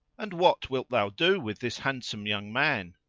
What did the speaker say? and what wilt thou do with this handsome young man?